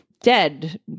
Dead